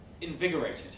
invigorated